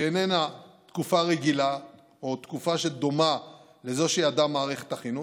שאיננה תקופה רגילה או תקופה שדומה לזו שידעה מערכת החינוך,